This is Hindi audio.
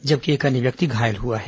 जबकि एक अन्य व्यक्ति घायल हुआ है